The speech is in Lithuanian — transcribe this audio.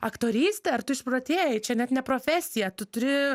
aktorystė ar tu išprotėjai čia net ne profesija tu turi